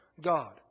God